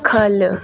ख'ल्ल